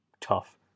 tough